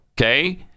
okay